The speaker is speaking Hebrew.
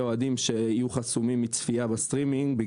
אוהדים שיהיו חסומים מצפייה בסטרימינג.